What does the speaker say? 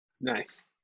nice